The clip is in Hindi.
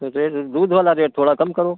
तो रेट दूध वाला रेट थोड़ा कम करो